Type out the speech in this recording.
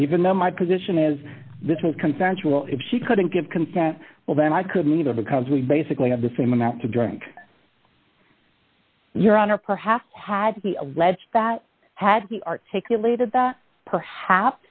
even though my position is this was consensual if she couldn't give consent well then i couldn't either because we basically have the same amount to drink your honor perhaps had he alleged that had he articulated that perhaps